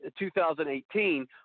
2018